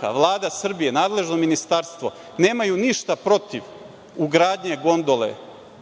Vlada Srbije, nadležno ministarstvo nemaju ništa protiv ugradnje gondole na Zlatiboru.